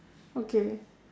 okay